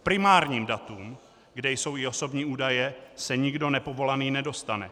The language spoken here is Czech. K primárním datům, kde jsou i osobní údaje, se nikdo nepovolaný nedostane.